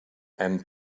and